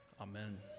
amen